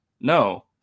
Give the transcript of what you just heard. No